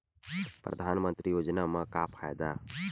परधानमंतरी योजना म का फायदा?